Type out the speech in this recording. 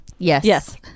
Yes